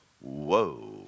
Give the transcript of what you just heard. whoa